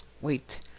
Wait